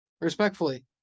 Respectfully